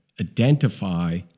identify